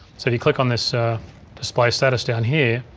so if you click on this display status down here,